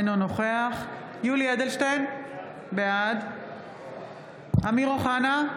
אינו נוכח יולי יואל אדלשטיין, בעד אמיר אוחנה,